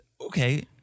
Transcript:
okay